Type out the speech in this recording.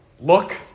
look